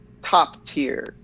top-tier